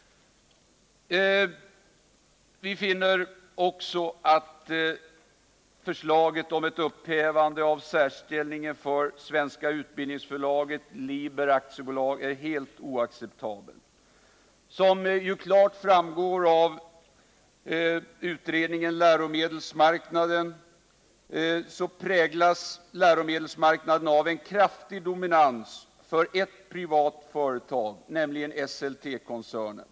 Vi finner också att förslaget om att upphäva särställningen för Svenska Utbildningsförlaget Liber AB är helt oacceptabelt. Som klart framgår av utredningen Läromedelsmarknaden präglas läromedelsmarknaden av en kraftig dominans för ett privat företag, nämligen Esseltekoncernen.